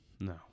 No